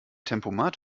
tempomat